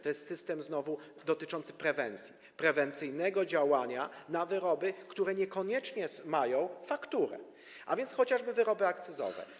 To jest system znowu dotyczący prewencji, prewencyjnego działania na wyroby, które niekoniecznie mają fakturę, a więc chociażby wyroby akcyzowe.